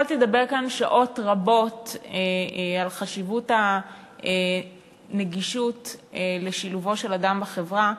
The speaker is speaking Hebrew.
יכולתי לדבר כאן שעות רבות על חשיבות הנגישות לשילובו של אדם בחברה,